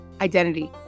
identity